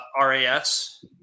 RAS